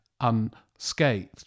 unscathed